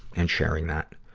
and sharing that.